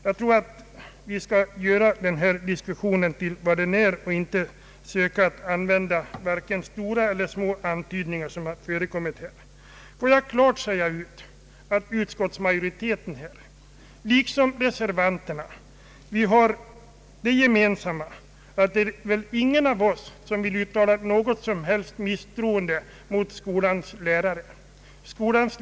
Jag tycker att vi skall göra den här diskussionen till vad den bör vara och inte söka använda vare sig stora eller små antydningar av det slag som förekommit här. Jag vill klart säga ut att utskottsmajoriteten och reservanterna har det gemensamt att ingen har uttalat något som helst misstroende mot skolans lärare.